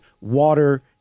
water